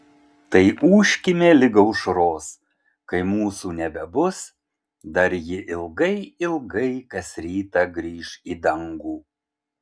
tai ūžkime lig aušros kai mūsų nebebus dar ji ilgai ilgai kas rytą grįš į dangų